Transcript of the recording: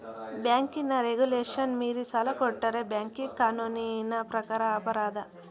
ಬ್ಯಾಂಕಿನ ರೆಗುಲೇಶನ್ ಮೀರಿ ಸಾಲ ಕೊಟ್ಟರೆ ಬ್ಯಾಂಕಿಂಗ್ ಕಾನೂನಿನ ಪ್ರಕಾರ ಅಪರಾಧ